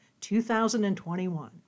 2021